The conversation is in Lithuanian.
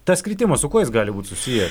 tas kritimas su kuo jis gali būti susijęs